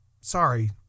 sorry